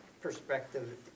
perspective